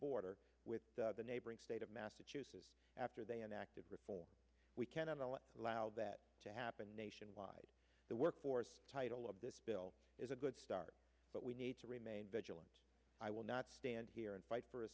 border with the neighboring state of massachusetts after they enacted reform we cannot allow allow that to happen nationwide the workforce title of this bill is a good start but we need to remain vigilant i will not stand here and fight for a